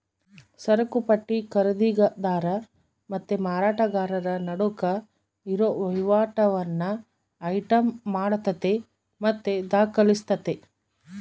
ಸರಕುಪಟ್ಟಿ ಖರೀದಿದಾರ ಮತ್ತೆ ಮಾರಾಟಗಾರರ ನಡುಕ್ ಇರೋ ವಹಿವಾಟನ್ನ ಐಟಂ ಮಾಡತತೆ ಮತ್ತೆ ದಾಖಲಿಸ್ತತೆ